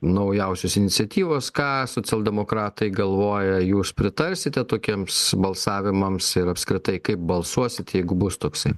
naujausios iniciatyvos ką socialdemokratai galvoja jūs pritarsite tokiems balsavimams ir apskritai kaip balsuosit jeigu bus toksai